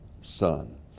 Son